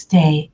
day